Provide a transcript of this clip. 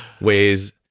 ways